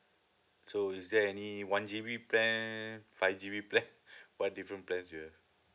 so is there any one G_B plan five G_B plan what different plans you have